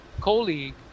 colleague